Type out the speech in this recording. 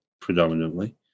predominantly